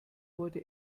wurde